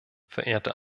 verehrte